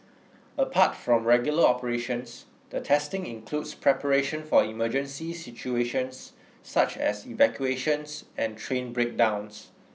apart from regular operations the testing includes preparation for emergency situations such as evacuations and train breakdowns